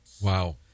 Wow